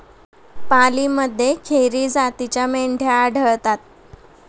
पालीमध्ये खेरी जातीच्या मेंढ्या आढळतात